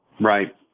Right